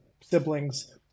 siblings